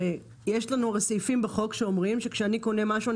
הרי יש לנו סעיפים בחוק שאומרים שכאשר אני קונה משהו,